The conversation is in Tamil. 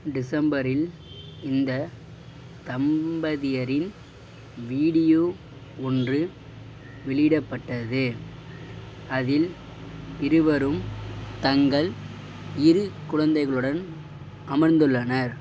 டிசம்பரில் இந்தத் தம்பதியரின் வீடியோ ஒன்று வெளியிடப்பட்டது அதில் இருவரும் தங்கள் இரு குழந்தைகளுடன் அமர்ந்துள்ளனர்